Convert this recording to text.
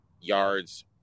yards